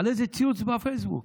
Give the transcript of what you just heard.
על איזה ציוץ בפייסבוק.